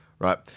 right